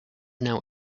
now